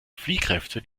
fliehkräfte